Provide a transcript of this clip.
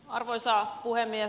arvoisa puhemies